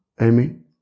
Amen